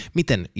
Miten